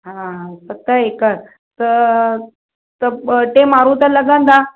हा सत एकड़ त त ॿ टे माण्हू त लॻंदा